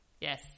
yes